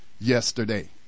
yesterday